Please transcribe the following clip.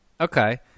Okay